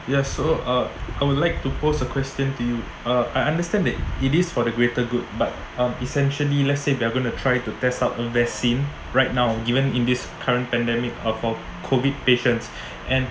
yes so uh I would like to pose a question to you uh I understand that it is for the greater good but um essentially let's say if they are going to try to test out new vaccine right now given in this current pandemic about COVID patience and